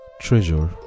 Treasure